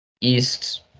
east